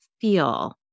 feel